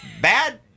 bad